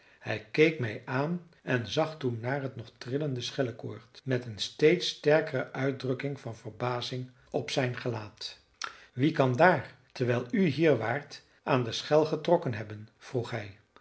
hij keek mij aan en zag toen naar het nog trillende schellekoord met een steeds sterkere uitdrukking van verbazing op zijn gelaat wie kan daar terwijl u hier waart aan de schel getrokken hebben vroeg hij